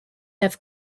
have